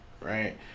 right